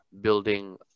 building